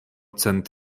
cent